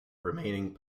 remaining